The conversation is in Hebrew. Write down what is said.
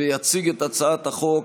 יציג את הצעת החוק,